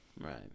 Right